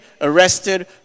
arrested